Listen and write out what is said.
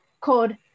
called